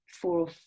four